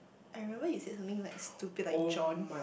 I remember you said something like stupid like John